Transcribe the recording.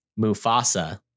Mufasa